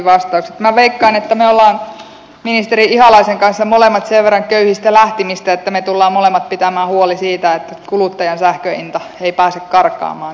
minä veikkaan että me olemme ministeri ihalaisen kanssa molemmat sen verran köyhistä lähtimistä että me tulemme molemmat pitämään huolen siitä että kuluttajan sähkönhinta ei pääse karkaamaan